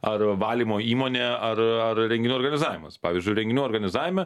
ar valymo įmonė ar ar renginių organizavimas pavyzdžiui renginių organizavime